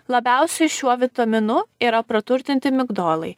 labiausiai šiuo vitaminu yra praturtinti migdolai